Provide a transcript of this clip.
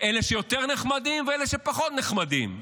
אלה שיותר נחמדים ואלה שפחות נחמדים.